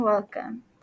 Welcome